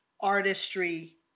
artistry